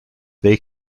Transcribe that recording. they